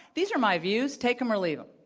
these are my views. take them or leave them.